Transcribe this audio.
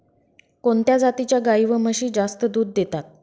कोणत्या जातीच्या गाई व म्हशी जास्त दूध देतात?